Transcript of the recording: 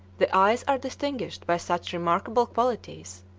the eyes are distinguished by such remarkable qualities,